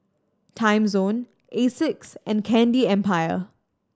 Timezone Asics and Candy Empire